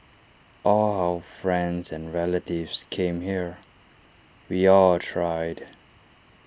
all our friends and relatives came here we all tried